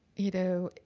you know,